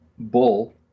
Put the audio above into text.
bull